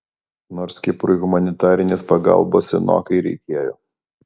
nors kiprui humanitarinės pagalbos senokai reikėjo